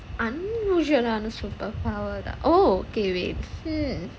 unusual super power ah oh okay wait hmm